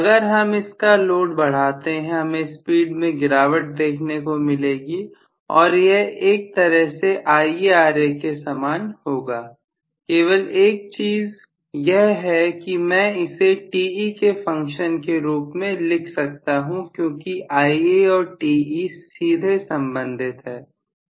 अगर हम इसका लोड बढ़ाते हैं हमें स्पीड में गिरावट देखने को मिलेगी और यह एक तरह से IaRa के समान होगा केवल एक चीज यह है कि मैं इसे Te के फ़ंक्शन के रूप में लिख सकता हूं क्योंकि Ia और Te सीधे संबंधित हैं